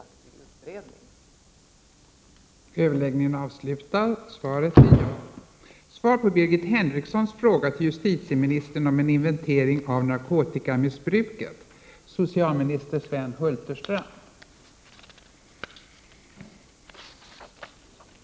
24 oktober 1989